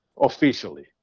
officially